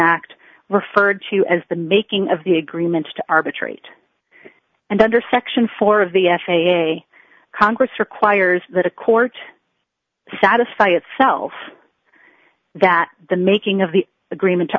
act referred to as the making of the agreement to arbitrate and under section four of the f a congress requires that a court satisfy itself that the making of the agreement to